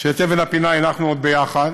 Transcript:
שאת אבן הפינה הנחנו עוד ביחד,